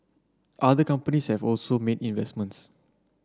other companies have also made investments